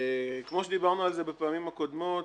כמו שדיברנו על זה בפעמים הקודמות,